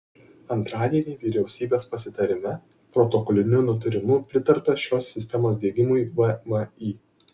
antradienį vyriausybės pasitarime protokoliniu nutarimu pritarta šios sistemos diegimui vmi